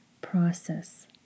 process